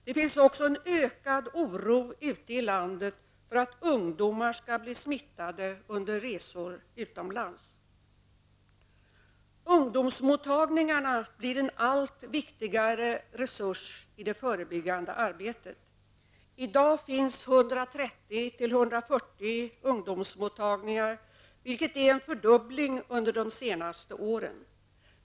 Det finns också en ökad oro ute i landet för att ungdomar skall bli smittade under resor utomlands. Ungdomsmottagningarna blir en allt viktigare resurs i det förebyggande arbetet. I dag finns 130-- 140 ungdomsmottagningar, vilket är en fördubbling under de senaste åren.